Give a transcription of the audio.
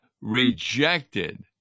rejected